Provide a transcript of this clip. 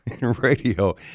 radio